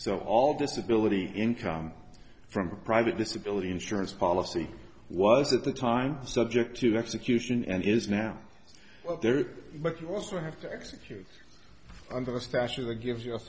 so all disability income from private disability insurance policy was at the time subject to execution and is now there but you also have to execute under the statue the gives you a